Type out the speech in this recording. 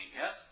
yes